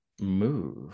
Move